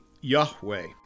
Yahweh